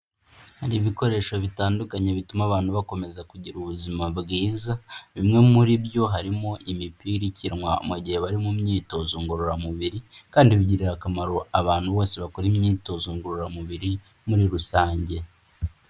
Hari ibikoresho bitandukanye bituma abantu bakomeza kugira ubuzima bwiza, bimwe muri byo harimo imipira ikinwa, mu gihe bari mu myitozo ngororamubiri kandi bigirira akamaro abantu bose bakora imyitozo ngororamubiri muri rusange.